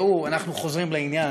ראו, אנחנו חוזרים לעניין.